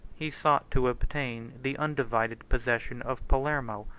he sought to obtain the undivided possession of palermo,